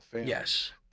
Yes